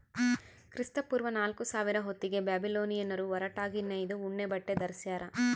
ಕ್ರಿಸ್ತಪೂರ್ವ ನಾಲ್ಕುಸಾವಿರ ಹೊತ್ತಿಗೆ ಬ್ಯಾಬಿಲೋನಿಯನ್ನರು ಹೊರಟಾಗಿ ನೇಯ್ದ ಉಣ್ಣೆಬಟ್ಟೆ ಧರಿಸ್ಯಾರ